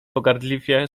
pogardliwie